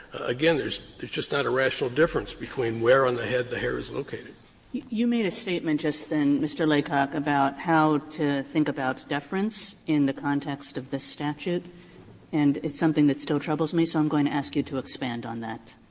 again, there's just not a rational difference between where on the head the hair is located. kagan you made a statement just then, mr. laycock, about how to think about deference in the context of this statute and it's something that still troubles me, so i'm going to ask you to expand on that.